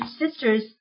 sisters